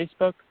Facebook